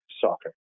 soccer